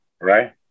right